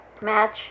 Match